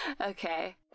Okay